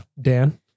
Dan